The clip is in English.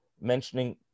mentioning